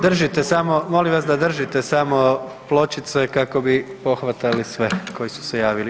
Držite samo, molim vas da držite samo pločice kako bi pohvatali sve koji su se javili.